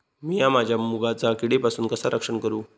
मीया माझ्या मुगाचा किडीपासून कसा रक्षण करू?